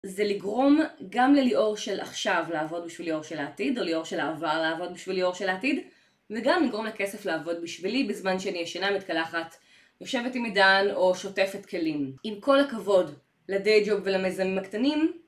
זה לגרום גם לליאור של עכשיו לעבוד בשביל ליאור של העתיד, או ליאור של העבר לעבוד בשביל ליאור של העתיד, וגם לגרום לכסף לעבוד בשבילי בזמן שאני ישנה, מתקלחת, יושבת עם עידן, או שוטפת כלים. עם כל הכבוד לדיי ג'וב ולמיזמים הקטנים.